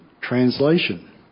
translation